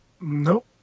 Nope